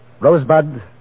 Rosebud